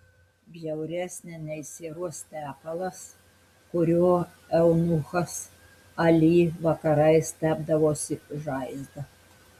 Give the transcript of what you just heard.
bjauresnė nei sieros tepalas kuriuo eunuchas ali vakarais tepdavosi žaizdą